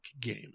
game